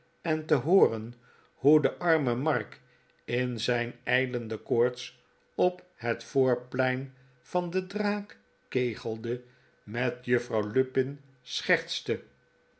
en te hooren hoe de arme mark in zijn ijlende koorts op het voorplein van de draak kegelde met juffrouw lupin schertste